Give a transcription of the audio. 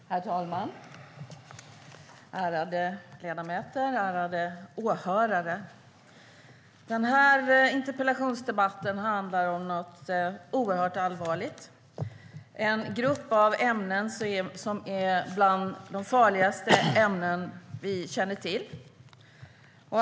Herr talman! Ärade ledamöter! Ärade åhörare! Denna interpellationsdebatt handlar om något oerhört allvarligt, nämligen en grupp ämnen som är bland de farligaste ämnen vi känner till.